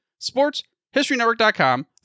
sportshistorynetwork.com